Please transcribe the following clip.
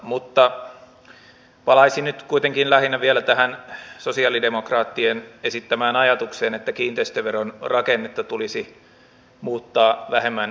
mutta palaisin nyt kuitenkin lähinnä vielä tähän sosialidemokraattien esittämään ajatukseen että kiinteistöveron rakennetta tulisi muuttaa vähemmän regressiiviseksi